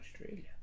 Australia